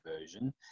version